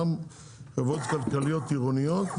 גם חברות כלכליות עירוניות,